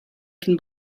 can